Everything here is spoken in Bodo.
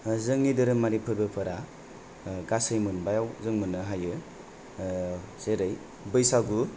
जोंनि धोरोमारि फोरबोफोरा गासै मोनबा आव जों मोन्नो हायो जेरै बैसागु